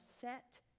set